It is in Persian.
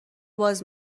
باز